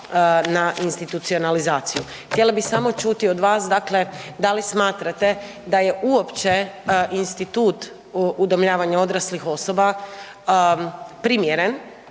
na institucionalizaciju. Htjela bi samo čuti od vas, dakle da li smatrate da je uopće institut udomljavanja odraslih osoba primjeren